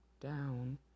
down